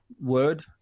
Word